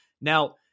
Now